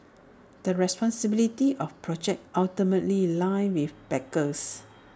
the responsibility of projects ultimately lie with backers